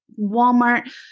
Walmart